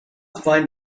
find